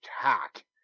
hack